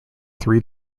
three